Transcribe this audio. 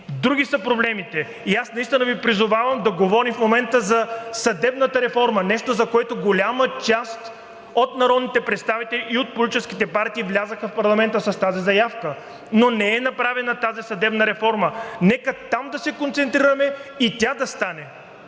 Други са проблемите и аз наистина Ви призовавам да говорим в момента за съдебната реформа – нещо, за което голяма част от народните представители и от политическите партии влязоха в парламента с тази заявка, но не е направена съдебната реформа. Нека там да се концентрираме и тя да стане,